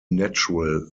natural